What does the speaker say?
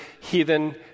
heathen